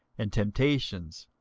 and temptations,